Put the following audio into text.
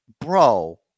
bro